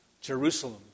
Jerusalem